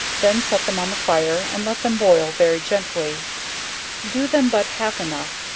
then set them on the fire, and let them boil very gently do them but half enough,